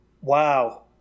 wow